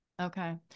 Okay